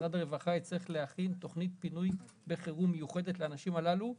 משרד הרווחה יצטרך להכין תוכנית פינוי מיוחדת לאנשים הללו בחירום.